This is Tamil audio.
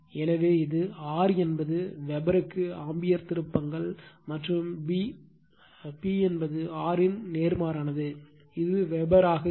எனவே இது R என்பது வெபருக்கு ஆம்பியர் திருப்பங்கள் மற்றும் P என்பது R இன் நேர்மாறானது இது வெபராக இருக்கும்